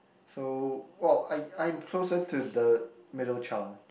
so orh I I'm closer to the middle child